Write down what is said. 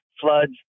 floods